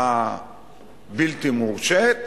הבלתי-מורשית.